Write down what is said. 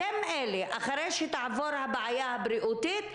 לאחר שתעבור הבעיה הבריאותית,